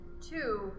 two